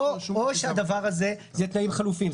או שהדבר זה תנאים חלופיים,